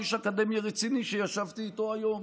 איש אקדמיה רציני שישבתי איתו היום.